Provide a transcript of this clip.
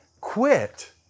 quit